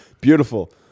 Beautiful